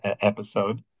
episode